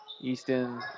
Easton